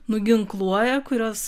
nuginkluoja kurios